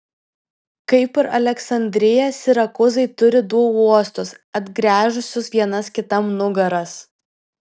kaip ir aleksandrija sirakūzai turi du uostus atgręžusius vienas kitam nugaras